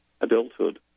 adulthood